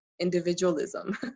individualism